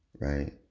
right